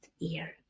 ear